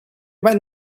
might